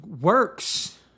works